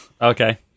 okay